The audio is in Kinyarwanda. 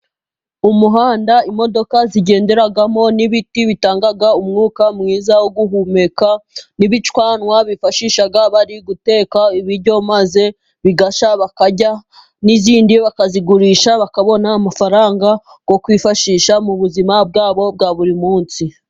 Umuhanda imodoka zigenderamo n'ibiti bitangaga umwuka mwiza wo guhumeka, n' ibicanwa bifashisha bari guteka ibiryo maze bigashya bakarya, n'ibindi bakabigurisha bakabona amafaranga yo kwifashisha mu buzima bwabo bwa buri munsi.